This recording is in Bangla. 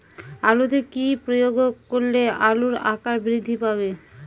আলুতে কি প্রয়োগ করলে আলুর আকার বৃদ্ধি পাবে?